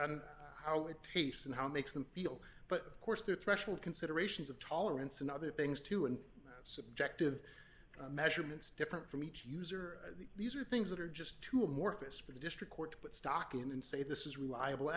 and how it tastes and how it makes them feel but of course the threshold considerations of tolerance and other things too and subjective measurements different from each user these are things that are just two more fish for the district court to put stock in and say this is reliable